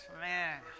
man